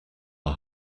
our